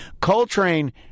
Coltrane